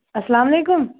السلامُ علیکُم